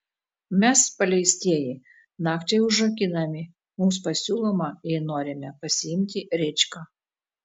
mes paleistieji nakčiai užrakinami mums pasiūloma jei norime pasiimti rėčką